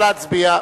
נא להצביע.